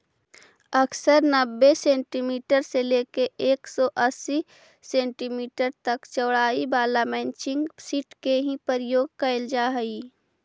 अक्सर नब्बे सेंटीमीटर से लेके एक सौ अस्सी सेंटीमीटर तक चौड़ाई वाला मल्चिंग सीट के ही प्रयोग कैल जा हई